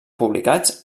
publicats